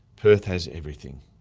perth has everything.